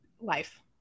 life